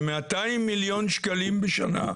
זה 200 מיליון שקלים בשנה.